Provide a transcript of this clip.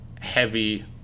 heavy